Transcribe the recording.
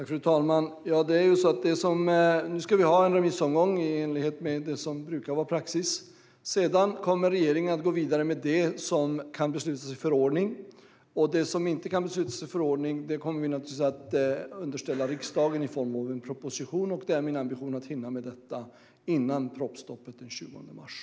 Fru talman! Nu ska vi ha en remissomgång i enlighet med praxis. Sedan kommer regeringen att gå vidare med det som kan beslutas i förordning. Det som inte kan beslutas i förordning kommer vi naturligtvis att underställa riksdagen i form av en proposition. Det är min ambition att hinna med detta före proppstoppet den 20 mars.